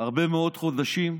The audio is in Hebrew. הרבה מאוד חודשים,